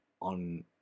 on